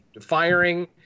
firing